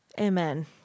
Amen